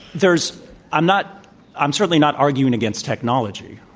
there is i'm not i'm certainly not arguing against technology.